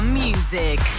music